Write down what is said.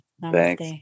thanks